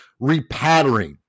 repattering